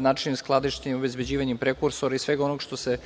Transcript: načinu skladištenja i obezbeđivanju prekursora i svega onoga što se